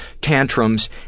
tantrums